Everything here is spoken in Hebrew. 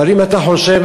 אבל אם אתה חושב,